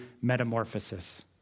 metamorphosis